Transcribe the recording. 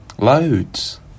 Loads